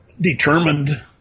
determined